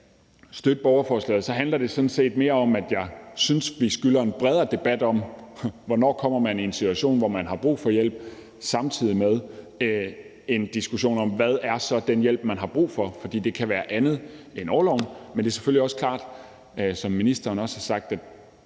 støtte borgerforslaget, handler det sådan set mere om, at jeg synes, at vi skylder en bredere debat om, hvornår man kommer i en situation, hvor man har brug for hjælp, samtidig med en diskussion om, hvad så den hjælp, man har brug for, er, for det kan være andet end orloven. Men det er selvfølgelig også klart, som ministeren også har sagt, at